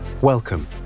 Welcome